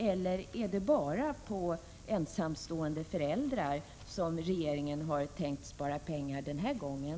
Eller är det bara på ensamstående föräldrar som regeringen har tänkt spara pengar den här gången?